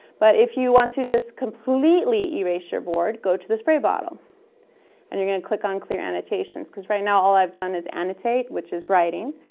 but, if you want to just completely erase your board, go to the spray bottle and you're going to click on clear annotations, because right now all i've done is annotate, which is writing,